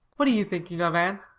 what are you thinking of, anne?